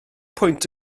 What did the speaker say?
pwynt